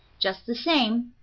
just the same,